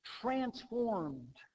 transformed